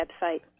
website